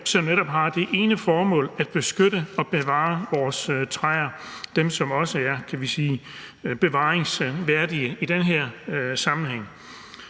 som netop har det ene formål at beskytte og bevare vores træer, også dem, som er bevaringsværdige i den her sammenhæng.